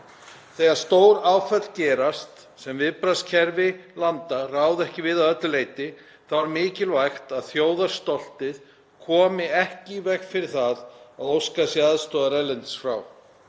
Þegar stóráföll gerast sem viðbragðskerfi landa ráða ekki við að öllu leyti þá er mikilvægt að þjóðarstoltið komi ekki í veg fyrir það að óskað sé aðstoðar erlendis frá.